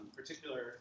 particular